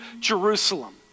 Jerusalem